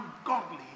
ungodly